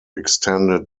extended